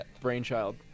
Brainchild